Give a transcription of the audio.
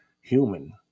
human